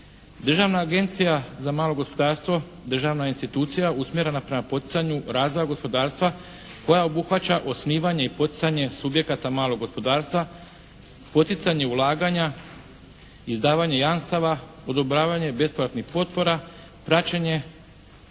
Državna agencija za malo gospodarstvo, državna institucija usmjerena prema poticanju razvoja gospodarstva koja obuhvaća osnivanje i poticanje subjekata malog gospodarstva, poticanje ulaganja, izdavanje jamstava, odobravanje … potpora, praćenje